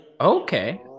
Okay